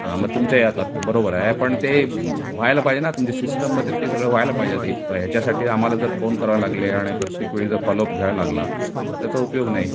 हां मग तुमच्याही हातात नाही बरोबर आहे पण ते व्हायला पाहिजे ना तुमच्या सिस्टममध्ये ते सगळं व्हायला पाहिजे ते पं ह्याच्यासाठी आम्हाला जर फोन करावे लागले आणि प्रत्येकवेळी जर फॉलोअप घ्यायला लागला त्याचा उपयोग नाही